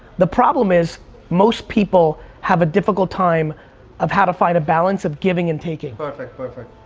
the problem is most people have a difficult time of how to find a balance of giving and taking. perfect, perfect.